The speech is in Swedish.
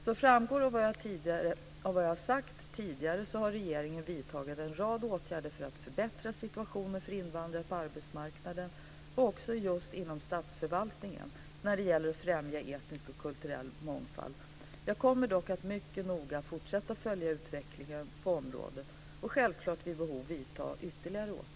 Som framgår av vad jag sagt tidigare har regeringen vidtagit en rad åtgärder för att förbättra situationen för invandrare på arbetsmarknaden och även just inom statsförvaltningen när det gäller att främja etnisk och kulturell mångfald. Jag kommer dock att mycket noga fortsätta att följa utvecklingen på området och självklart vid behov vidta ytterligare åtgärder.